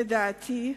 לדעתי,